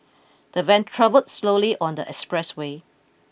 the van travelled slowly on the expressway